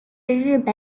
日本